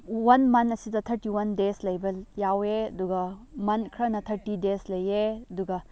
one month ꯑꯁꯤꯗ thirty one days ꯂꯩꯕ ꯌꯥꯎꯋꯦ ꯑꯗꯨꯒ ꯃꯟ ꯈꯔꯅ ꯊꯥꯔꯇꯤ ꯗꯦꯁ ꯂꯩꯌꯦ ꯑꯗꯨꯒ